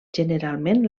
generalment